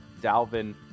Dalvin